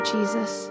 Jesus